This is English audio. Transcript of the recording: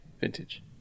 Vintage